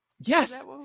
Yes